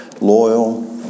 loyal